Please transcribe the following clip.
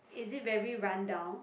is it very run down